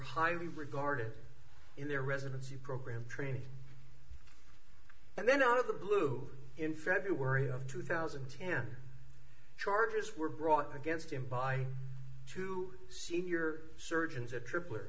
highly regarded in their residency program training and then out of the blue in february of two thousand and ten charges were brought against him by two senior surgeons atripl